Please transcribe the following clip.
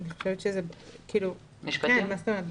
כן.